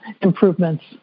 improvements